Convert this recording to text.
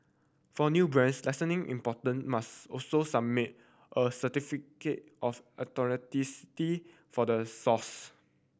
for new brands important must also submit a certificate of authenticity for the source